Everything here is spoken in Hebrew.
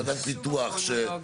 שתי מילים על ועדת הפיתוח.